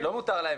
לא מותר להם,